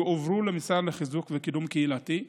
יועברו למשרד לחיזוק וקידום קהילתי.